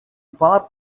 park